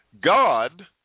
God